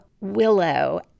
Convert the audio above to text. Willow